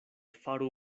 faru